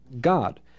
God